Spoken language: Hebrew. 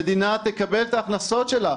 המדינה תקבל את ההכנסות שלה,